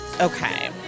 Okay